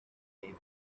gave